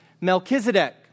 Melchizedek